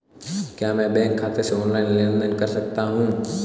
क्या मैं बैंक खाते से ऑनलाइन लेनदेन कर सकता हूं?